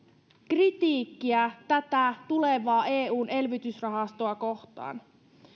kritiikkiä tätä tulevaa eun elvytysrahastoa kohtaan